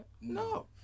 No